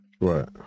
Right